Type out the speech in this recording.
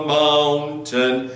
mountain